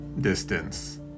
distance